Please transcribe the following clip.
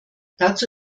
dazu